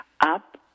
up